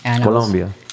Colombia